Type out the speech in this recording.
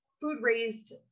food-raised